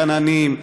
גננים,